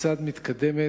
כיצד העבודה מתקדמת,